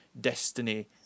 destiny